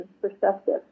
perspective